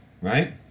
right